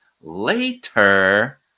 later